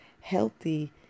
healthy